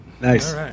Nice